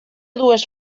dues